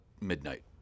Midnight